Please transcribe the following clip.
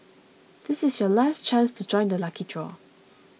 this is your last chance to join the lucky draw